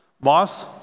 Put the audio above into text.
boss